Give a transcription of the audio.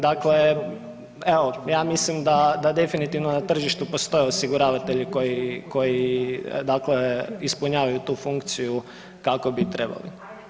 Dakle evo ja mislim da, da definitivno na tržištu postoje osiguravatelji koji, koji, dakle ispunjavaju tu funkciju kako bi trebali.